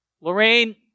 Lorraine